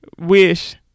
wish